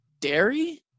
dairy